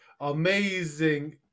amazing